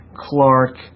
Clark